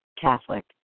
Catholic